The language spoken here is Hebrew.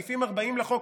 סעיף 40 לחוק,